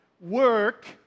Work